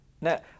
now